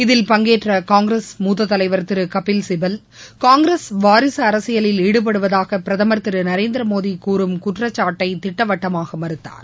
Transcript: இதில் பங்கேற்ற காங்கிரஸ் மூத்த தலைவர் திரு கபில்சிபல் காங்கிரஸ் வாரிசு அரசியலில் ஈடுபடுவதாக பிரதமர் திரு நரேந்திரமோடி கூறும் குற்றச்சாட்டை திட்டவட்டமாக மறுத்தார்